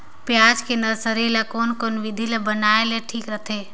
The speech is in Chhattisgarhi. पियाज के नर्सरी ला कोन कोन विधि ले बनाय ले ठीक रथे?